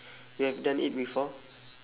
you have done it before